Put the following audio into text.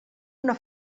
una